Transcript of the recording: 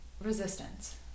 resistance